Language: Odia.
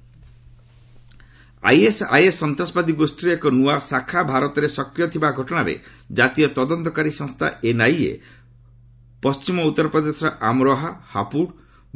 ଏନ୍ଆଇଏ ଆଇଏସ୍ଆଇଏସ୍ ଆଇଏସ୍ଆଇଏସ୍ ସନ୍ତାସବାଦୀ ଗୋଷ୍ଠୀର ଏକ ନୂଆ ଶାଖା ଭାରତରେ ସକ୍ରିୟ ଥିବା ଘଟଣାରେ ଜାତୀୟ ତଦନ୍ତକାରୀ ସଂସ୍ଥା ଏନ୍ଆଇଏ ପଣ୍ଟିମ ଉତ୍ତର ପ୍ରଦେଶର ଆମରୋହା ହାପୁଡ